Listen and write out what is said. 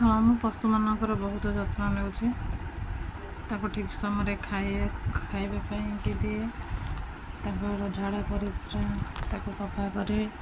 ହଁ ମୁଁ ପଶୁମାନଙ୍କର ବହୁତ ଯତ୍ନ ନଉଛି ତାକୁ ଠିକ ସମୟରେ ଖାଇ ଖାଇବା ପାଇଁକି ଦିଏ ତାଙ୍କର ଝାଡ଼ା ପରିଶ୍ରା ତାକୁ ସଫା କରେ